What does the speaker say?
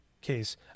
case